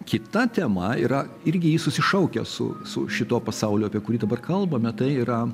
kita tema yra irgi ji susišaukia su su šituo pasauliu apie kurį dabar kalbame tai yra